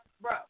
bro